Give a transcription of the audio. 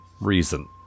reason